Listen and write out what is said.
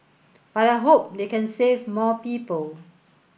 but I hope they can save more people